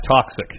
Toxic